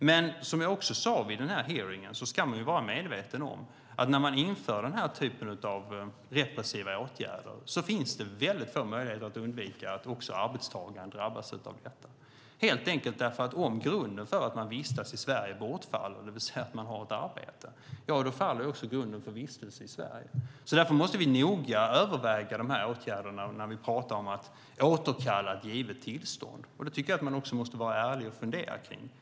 Men som jag också sade vid hearingen ska man vara medveten om att när man inför den här typen av repressiva åtgärder finns det väldigt få möjligheter att undvika att också arbetstagaren drabbas av detta. Om grunden för att man vistas i Sverige bortfaller, det vill säga att man har ett arbete, faller helt enkelt också grunden för vistelse i Sverige. Därför måste vi noga överväga de här åtgärderna när vi pratar om att återkalla ett givet tillstånd. Det måste man vara ärlig nog att fundera kring.